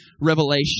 revelation